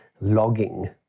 logging